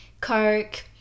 coke